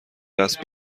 دست